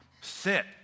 Sit